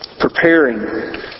preparing